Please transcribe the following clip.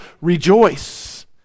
rejoice